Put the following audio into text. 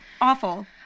awful